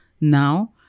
now